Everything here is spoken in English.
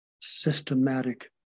systematic